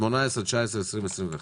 בשנים 2018, 2019, 2020 ו-2021.